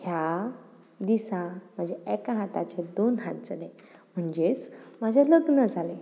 ह्या दिसा म्हाजे एका हाताचे दोन हात जाले म्हणजेच म्हाजें लग्न जालें